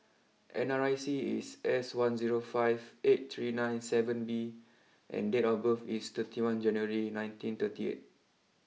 N R I C is S one zero five eight three nine seven B and date of birth is thirty one January nineteen thirty eight